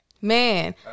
Man